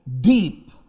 deep